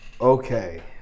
okay